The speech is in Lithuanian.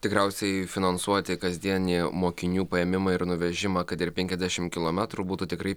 tikriausiai finansuoti kasdienį mokinių paėmimą ir nuvežimą kad ir penkiasdešim kilometrų būtų tikrai